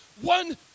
one